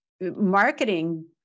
marketing